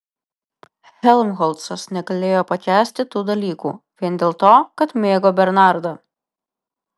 helmholcas negalėjo pakęsti tų dalykų vien dėl to kad mėgo bernardą